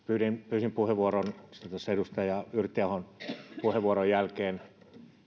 pyysin puheenvuoron edustaja yrttiahon puheenvuoron jälkeen